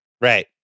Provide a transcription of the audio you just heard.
Right